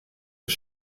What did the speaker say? das